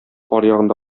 аръягында